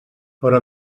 però